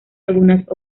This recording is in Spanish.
algunas